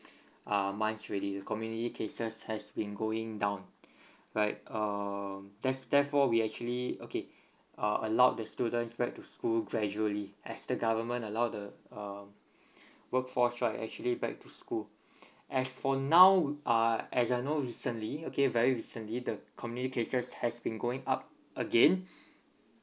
uh months already community cases has been going down right um there's therefore we actually okay uh allowed the students back to school gradually as the government allow the um workforce right actually back to school as for now would uh as I know recently okay very recently the community cases has been going up again